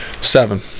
seven